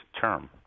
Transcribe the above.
term